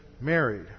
married